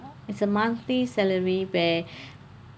it's a monthly salary where